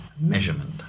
measurement